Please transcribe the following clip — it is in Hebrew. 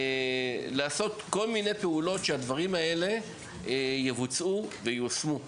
לעשות כל מיני פעולות כדי שהדברים האלה יבוצעו וייושמו,